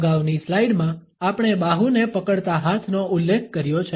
અગાઉની સ્લાઇડ માં આપણે બાહુને પકડતા હાથનો ઉલ્લેખ કર્યો છે